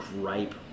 gripe